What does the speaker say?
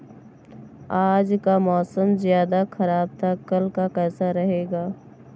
आज का मौसम ज्यादा ख़राब था कल का कैसा रहेगा?